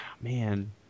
man